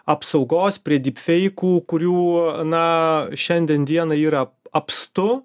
apsaugos prie dip feikų kurių na šiandien dienai yra apstu